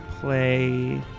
play